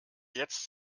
jetzt